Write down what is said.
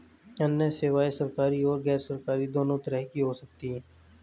अन्य सेवायें सरकारी और गैरसरकारी दोनों तरह की हो सकती हैं